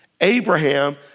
Abraham